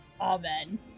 Amen